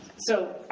so,